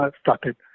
started